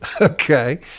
Okay